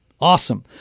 Awesome